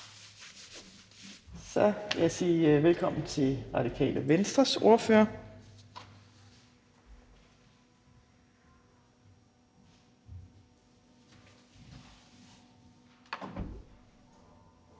– siger jeg velkommen til Radikale Venstres ordfører,